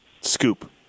scoop